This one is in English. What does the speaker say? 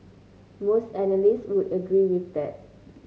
most analysts would agree with that